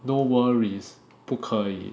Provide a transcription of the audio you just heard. no worries 不可以